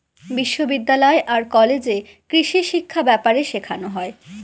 বিশ্ববিদ্যালয় আর কলেজে কৃষিশিক্ষা ব্যাপারে শেখানো হয়